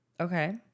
Okay